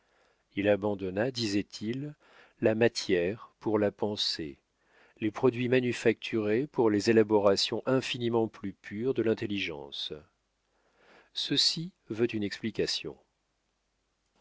il abandonna disait-il la matière pour la pensée les produits manufacturés pour les élaborations infiniment plus pures de l'intelligence ceci veut une explication